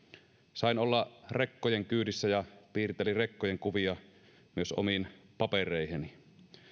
sain olla rekkojen kyydissä ja piirtelin rekkojen kuvia myös omiin papereihini